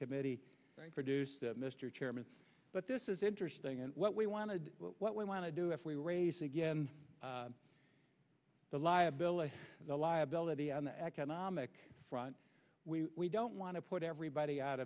committee produced mr chairman but this is interesting and what we wanted what we want to do if we raise again the liability the liability on the economic front we don't want to put everybody out